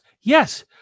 yes